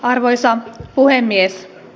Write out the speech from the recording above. arvoisa puhemies